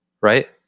right